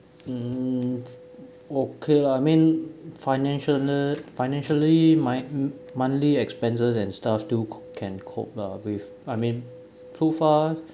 mm okay lah I mean financial uh financially my monthly expenses and stuff do can cope lah with I mean so far